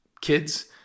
kids